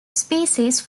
species